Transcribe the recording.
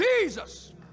Jesus